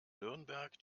nürnberg